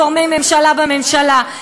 גורמי ממשלה בממשלה.